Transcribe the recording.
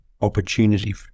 Opportunity